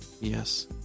yes